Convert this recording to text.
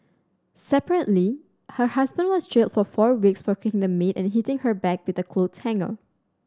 separately her husband was jailed for four weeks for kicking the maid and hitting her back with a